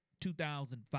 2005